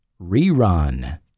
Rerun